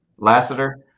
lassiter